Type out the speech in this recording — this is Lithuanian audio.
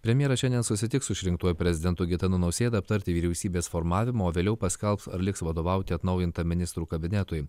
premjeras šiandien susitiks su išrinktuoju prezidentu gitanu nausėda aptarti vyriausybės formavimo o vėliau paskelbs ar liks vadovauti atnaujintam ministrų kabinetui